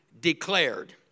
declared